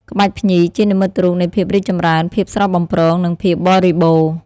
ក្បាច់ភ្ញី ជានិមិត្តរូបនៃភាពរីកចម្រើន ភាពស្រស់បំព្រង និងភាពបរិបូរណ៍។